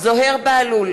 זוהיר בהלול,